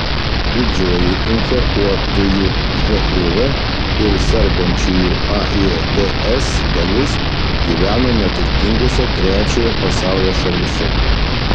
didžioji infekuotųjų živ ir sergančiųjų aids dalis gyvena neturtingose trečiojo pasaulio šalyse